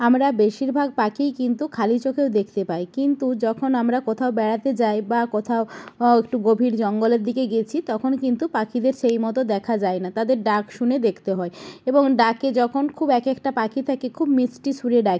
আমরা বেশিরভাগ পাখিই কিন্তু খালি চোখেও দেখতে পায় কিন্তু যখন আমরা কোথাও বেড়াতে যাই বা কোথাও একটু গভীর জঙ্গলের দিকে গেছি তখন কিন্তু পাখিদের সেই মতো দেখা যায় না তাদের ডাক শুনে দেখতে হয় এবং ডাকে যখন খুব একেকটা পাখি থাকে খুব মিষ্টি সুরে ডাকে